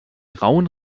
rauen